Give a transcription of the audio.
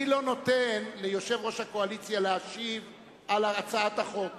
אני לא נותן ליושב-ראש הקואליציה להשיב על הצעת החוק.